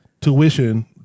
tuition